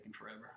forever